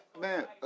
man